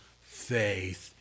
faith